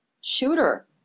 shooter